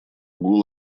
углу